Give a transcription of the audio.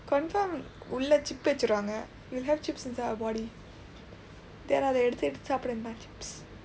confirm உள்ள:ulla chip வைச்சிருவாங்க:vaichsiruvaangka we'll have chips inside our body then அதை எடுத்து எடுத்து சாப்பிடுற:athai eduththu eduththu saappidura chips